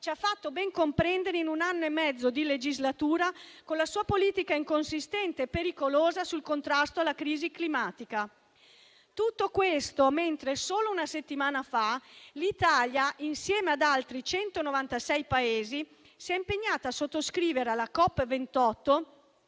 ci ha fatto ben comprendere in un anno e mezzo di legislatura con la sua politica inconsistente e pericolosa sul contrasto alla crisi climatica. Tutto questo mentre solo una settimana fa l'Italia, insieme ad altri 196 Paesi, si è impegnata a sottoscrivere alla COP28